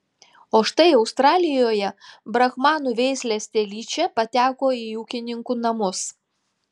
o štai australijoje brahmanų veislės telyčia pateko į ūkininkų namus